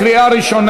תצביע.